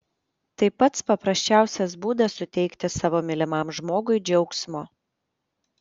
tai pats paprasčiausias būdas suteikti savo mylimam žmogui džiaugsmo